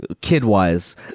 kid-wise